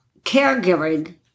caregiving